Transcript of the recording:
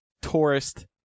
tourist